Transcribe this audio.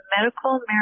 medical